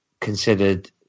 considered